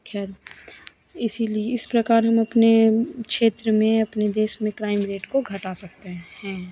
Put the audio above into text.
खैर इसिली इस प्रकार हम अपने क्षेत्र में अपने देश में क्राइम रेट को घटा सकते हैं